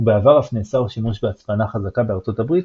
ובעבר אף נאסר שימוש בהצפנה חזקה בארצות הברית,